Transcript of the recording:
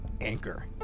Anchor